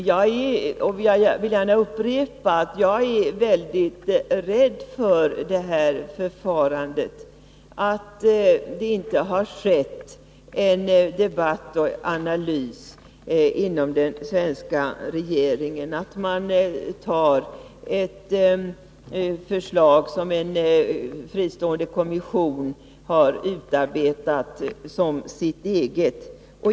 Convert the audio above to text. Jag vill gärna upprepa att jag är rädd för förfarandet — att det inte har skett en debatt och analys inom den svenska regeringen, utan att den tar ett förslag som en fristående kommission har utarbetat som sitt eget.